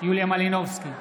יוליה מלינובסקי,